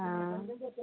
हाँ